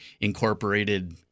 incorporated